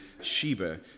Sheba